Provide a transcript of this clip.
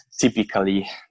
typically